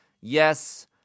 Yes